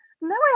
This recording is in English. No